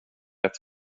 ett